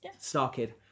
Starkid